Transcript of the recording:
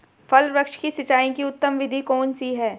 फल वृक्ष की सिंचाई की उत्तम विधि कौन सी है?